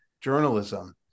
journalism